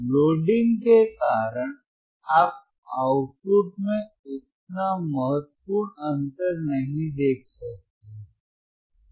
loading के कारण आप आउटपुट में उतना महत्वपूर्ण अंतर नहीं देख सकते